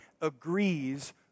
agrees